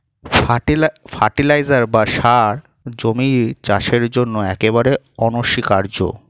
fertiliser বা সার জমির চাষের জন্য একেবারে অনস্বীকার্য